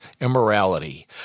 immorality